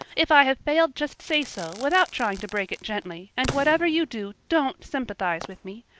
if i have failed just say so, without trying to break it gently and whatever you do don't sympathize with me.